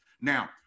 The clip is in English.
Now